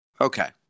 okay